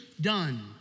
done